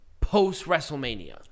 post-WrestleMania